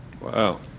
wow